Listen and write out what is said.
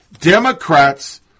Democrats